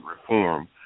reform